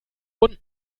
und